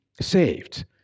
saved